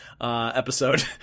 episode